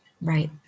right